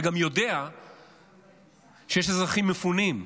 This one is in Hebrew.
וגם יודע שיש אזרחים מפונים.